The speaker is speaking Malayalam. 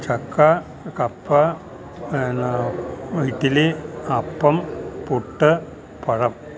ചക്ക കപ്പ എന്ന ഇഡലി അപ്പം പുട്ട് പഴം